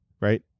right